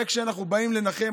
הרי כשאנחנו באים לנחם,